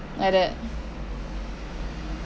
like that